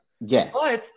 Yes